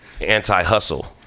anti-hustle